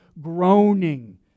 groaning